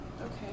Okay